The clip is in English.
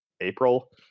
April